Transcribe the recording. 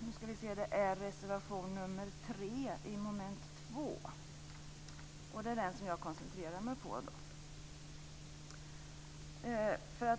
motion. Det gäller reservation nr 3 under mom. 2, och det är den som jag koncentrerar mig på.